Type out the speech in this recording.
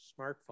smartphone